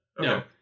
no